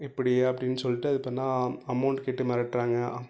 இப்படி அப்படின்னு சொல்லிட்டு அது பண்ணால் அமௌண்ட்டு கேட்டு மிரட்றாங்க